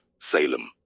Salem